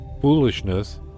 foolishness